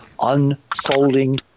unfolding